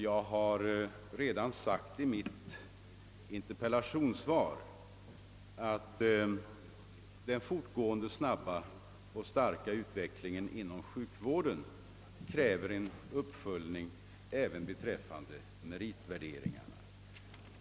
Jag har redan sagt i mitt interpellationssvar att den fortgående »snabba och starka utvecklingen inom sjukvårdsområdet kräver en uppföljning även beträffande meritvärderingen».